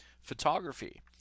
photography